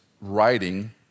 writing